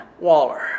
Waller